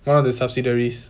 one of the subsidiaries